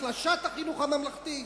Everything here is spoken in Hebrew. החלשת החינוך הממלכתי?